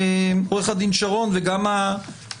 עורך הדין שרון וגם הארגונים,